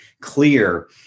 clear